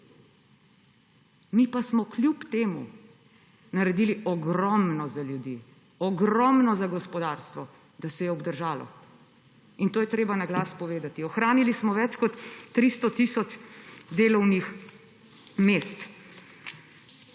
mi pa smo kljub temu naredili ogromno za ljudi, ogromno za gospodarstvo, da se je obdržalo. To je treba na glas povedati. Ohranili smo več kot 300 tisoč delovnih mest